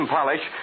Polish